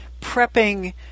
prepping